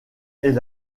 est